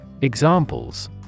Examples